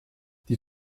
die